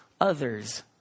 others